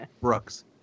Brooks